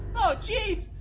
oh jeez.